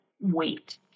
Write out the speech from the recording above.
wait